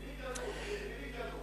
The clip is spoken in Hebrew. ממי קנו?